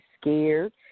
scared